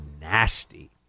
nasty